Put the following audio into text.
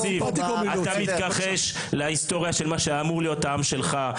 אתה מתכחש להיסטוריה של מה שאמור להיות העם שלך.